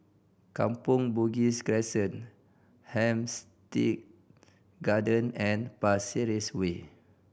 Kampong Bugis Crescent Hampstead Garden and Pasir Ris Way